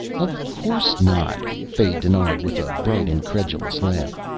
of course not, fay denied with a bright incredulous laugh.